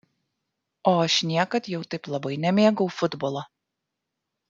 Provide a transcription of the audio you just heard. o aš niekad jau taip labai nemėgau futbolo